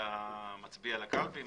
המצביע לקלפי.